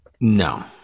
No